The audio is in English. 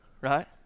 right